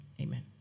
Amen